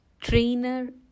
trainer